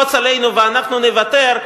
עדיף ללחוץ עלינו ואנחנו נוותר,